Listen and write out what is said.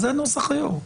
זה נוסח היו"ר.